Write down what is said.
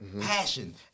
passion